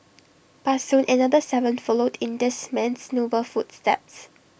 but soon another Seven followed in this man's noble footsteps